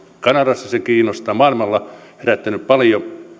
kanadassa se kiinnostaa maailmalla se on herättänyt paljon